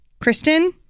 Kristen